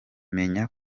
menya